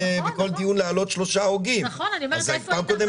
אל תייחס